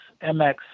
MX